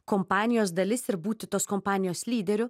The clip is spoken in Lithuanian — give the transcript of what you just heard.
kompanijos dalis ir būti tos kompanijos lyderiu